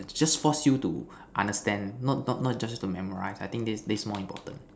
just force you to understand not not just to memorize I think this this more important